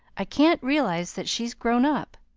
i can't realize that she's grown up.